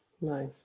Nice